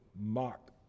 mock